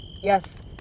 Yes